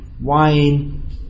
wine